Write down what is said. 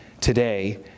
today